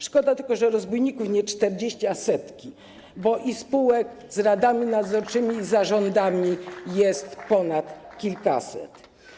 Szkoda tylko, że rozbójników nie 40, a setki, bo i spółek z radami nadzorczymi i zarządami jest ponad kilkaset.